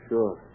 Sure